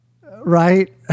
right